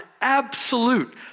absolute